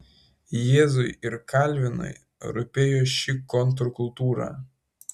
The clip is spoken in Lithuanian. jėzui ir kalvinui rūpėjo ši kontrkultūra